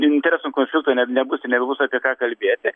interesų konflikto net nebūs ir nebus apie ką kalbėti